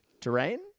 Terrain